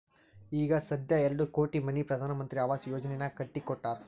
ಈಗ ಸಧ್ಯಾ ಎರಡು ಕೋಟಿ ಮನಿ ಪ್ರಧಾನ್ ಮಂತ್ರಿ ಆವಾಸ್ ಯೋಜನೆನಾಗ್ ಕಟ್ಟಿ ಕೊಟ್ಟಾರ್